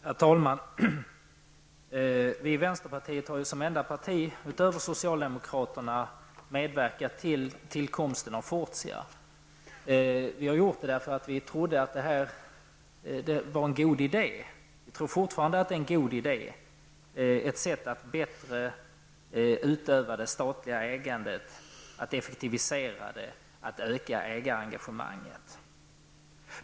Herr talman! Vi i vänsterpartiet har som enda parti utöver socialdemokraterna medverkat vid tillkomsten av Fortia. Vi har gjort det för att vi trodde att det var en god idé. Vi tror fortfarande att det är en god idé, ett sätt att bättre utöva det statliga ägandet, att effektivisera det och att öka ägarengagemanget.